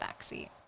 backseat